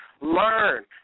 Learn